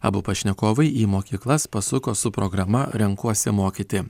abu pašnekovai į mokyklas pasuko su programa renkuosi mokyti